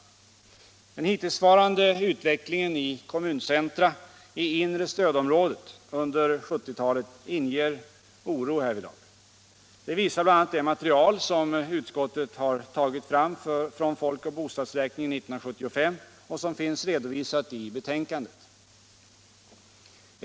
Den hittillsvarande utvecklingen i kommuncentra i inre stödområdet under 1970-talet inger oro härvidlag. Det visar bl.a. det material som utskottet har tagit fram från folk och bostadsräkningen 1975 och som finns redovisat i betänkandet.